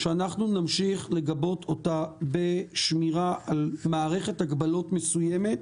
שאנחנו נמשיך לגבות אותה בשמירה על מערכת הגבלות מסוימת,